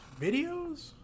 videos